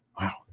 wow